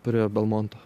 prie belmonto